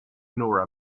nor